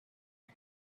you